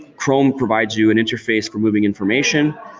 chrome provides you an interface for moving information,